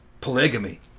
polygamy